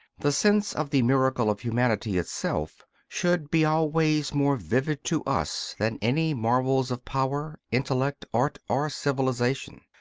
the sense of the miracle of humanity itself should be always more vivid to us than any marvels of power, intellect, art, or civilization.